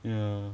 ya